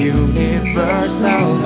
universal